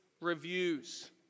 reviews